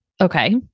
Okay